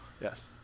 Yes